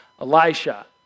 Elisha